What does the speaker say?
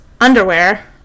underwear